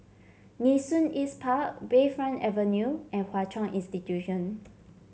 Nee Soon East Park Bayfront Avenue and Hwa Chong Institution